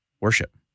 worship